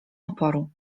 oporu